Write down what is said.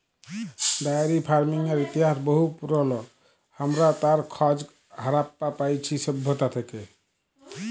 diary ফার্মিংয়ের ইতিহাস বহু পুরল, হামরা তার খজ হারাপ্পা পাইছি সভ্যতা থেক্যে